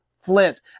Flint